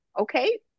okay